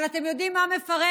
אבל אתם יודעים מה מפרק